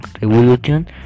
Revolution